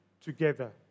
together